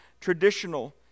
traditional